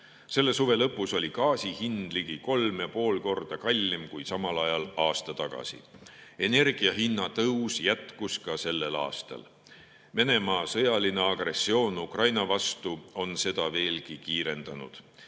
Selle suve lõpus oli gaasi hind ligi 3,5 korda kallim kui samal ajal aasta tagasi. Energiahinna tõus jätkus ka sellel aastal. Venemaa sõjaline agressioon Ukraina vastu on seda veelgi kiirendanud.